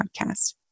podcast